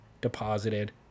deposited